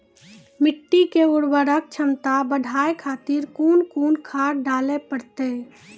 मिट्टी के उर्वरक छमता बढबय खातिर कोंन कोंन खाद डाले परतै?